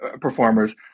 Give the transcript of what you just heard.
performers